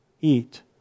Eat